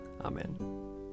Amen